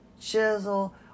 chisel